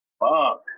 Fuck